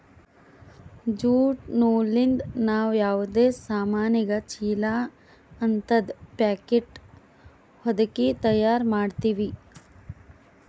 jute ನೂಲಿಂದ್ ನಾವ್ ಯಾವದೇ ಸಾಮಾನಿಗ ಚೀಲಾ ಹಂತದ್ ಪ್ಯಾಕೆಟ್ ಹೊದಕಿ ತಯಾರ್ ಮಾಡ್ತೀವಿ